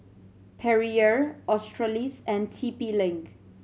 Perrier Australis and T P Link